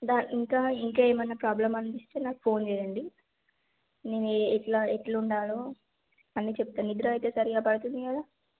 దా ఇంకా ఇంకా ఇంకా ఏమైన ప్రాబ్లమ్ అనిపిస్తే నాకు ఫోన్ చేయండి నేను ఎ ఎట్లా ఎట్లా ఉండాలో అన్నీ చెప్తాను నిద్ర నిద్ర అయితే సరిగా పడుతుంది కదా